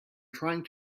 trying